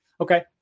Okay